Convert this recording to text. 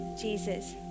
Jesus